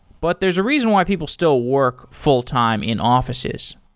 but there's a reason why people still work fulltime in offices.